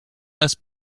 less